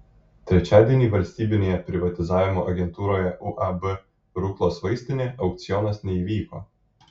trečiadienį valstybinėje privatizavimo agentūroje uab ruklos vaistinė aukcionas neįvyko